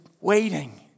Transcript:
waiting